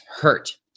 hurt